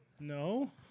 No